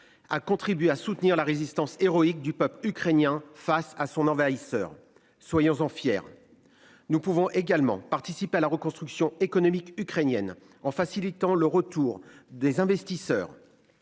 A contribué à soutenir la résistance héroïque du peuple ukrainien face à son envahisseur. Soyons-en fiers. Nous pouvons également participer à la reconstruction économique ukrainienne en facilitant le retour des investisseurs.